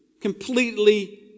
Completely